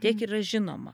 tiek yra žinoma